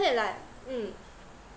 after that like mm